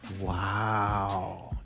Wow